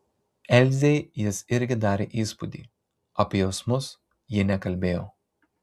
elzei jis irgi darė įspūdį apie jausmus ji nekalbėjo